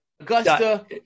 Augusta